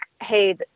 Hey